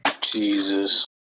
Jesus